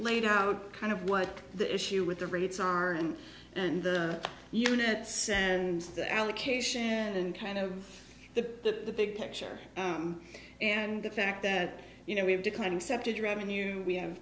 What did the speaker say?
laid out kind of what the issue with the rates and the units and the allocation and kind of the big picture and the fact that you know we have to kind of accepted revenue we have